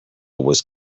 was